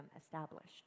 established